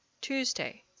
Tuesday